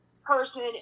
person